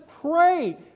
pray